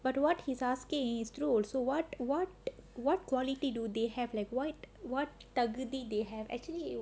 but what he's asking is true also what what what quality do they have like what what degree they have actually